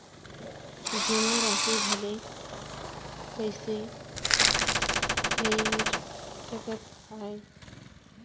जेमा राशि भला कइसे हेर सकते आय?